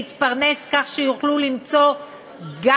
וצריך לאפשר להם להתפרנס כך שיוכלו למצוא גם